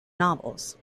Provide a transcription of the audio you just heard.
novels